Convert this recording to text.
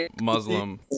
Muslim